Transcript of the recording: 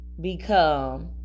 become